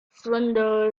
surrender